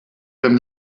them